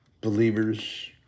believers